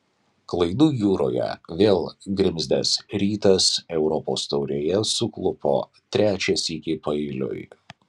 klaidų jūroje vėl grimzdęs rytas europos taurėje suklupo trečią sykį paeiliui